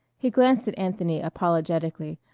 he glanced at anthony apologetically,